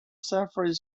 suffering